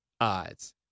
odds